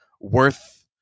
worth